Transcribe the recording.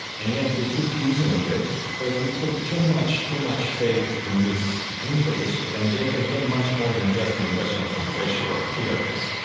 and yet we keep using it. but we put too much too much faith in these interviews, and they contain much more than just impressions from facial appearance.